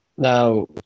Now